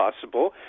possible